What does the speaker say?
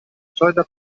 solida